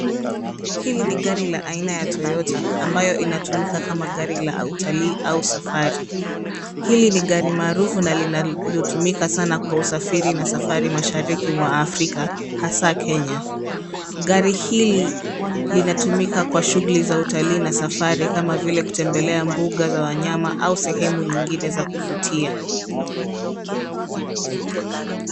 Hili ni gari la aina ya toyota ambayo inatumika kama gari la utalii au safari. Hili ni gari maarufu na linatumika sana kwa usafiri na safari ya mashariki mwa afrika hasa Kenya. Gari hili linatumika kwa shughuli ya utalii na safari kama vile kutembelea mbuga za wanyama au sehemu nyingine za kuvutia.